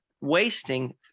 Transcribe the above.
wasting